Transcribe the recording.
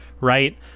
right